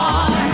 on